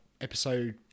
episode